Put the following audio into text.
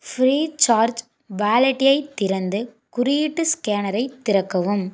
Freecharge வாலெட்டையை திறந்து குறியீட்டு ஸ்கேனரை திறக்கவும்